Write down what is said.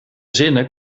zinnen